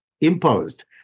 imposed